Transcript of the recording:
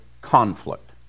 conflict